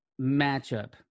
matchup